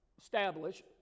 establish